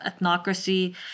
ethnocracy